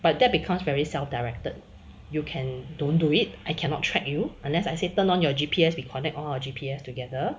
but that becomes very self directed you can don't do it I cannot track you unless I say turn on your G_P_S we connect all our G_P_S together